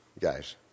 guys